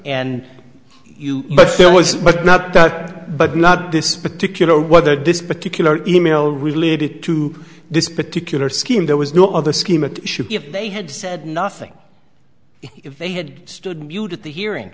and you but now but not this particular whether this particular e mail related to this particular scheme there was no other scheme it should be if they had said nothing if they had stood mute at the hearing